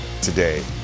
today